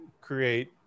create